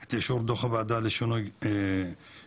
את אישור דוח הוועדה לשינוי הגבולות,